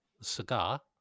cigar